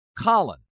Colin